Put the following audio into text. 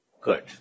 good